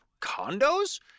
condos